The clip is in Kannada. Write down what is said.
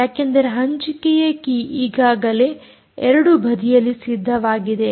ಯಾಕೆಂದರೆ ಹಂಚಿಕೆಯ ಕೀ ಈಗಾಗಲೇ ಎರಡು ಬದಿಯಲ್ಲಿ ಸಿದ್ಧವಾಗಿದೆ